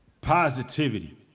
positivity